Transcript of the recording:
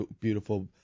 beautiful